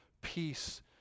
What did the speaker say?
peace